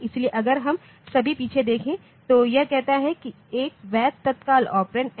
इसलिए अगर हम अभी पीछे देखें तो यह कहता है कि एक वैध तत्काल ऑपरेंडn